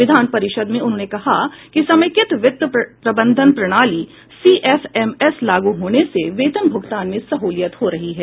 विधान परिषद में उन्होंने कहा कि समेकित वित्त प्रबंधन प्रणाली सीएफएमएस लागू होने से वेतन भुगतान में सहुलियत हो रही है